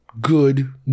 good